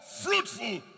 Fruitful